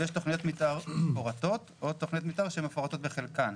ויש תכניות מתאר מפורטות או תכניות מתאר שמפורטות בחלקן.